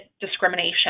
discrimination